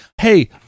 hey